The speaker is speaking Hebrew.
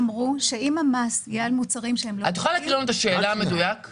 מיסוי נמצא ככלי יעיל להפחתת צריכה.